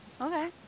Okay